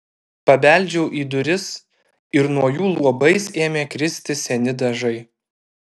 pabeldžiau į duris ir nuo jų luobais ėmė kristi seni dažai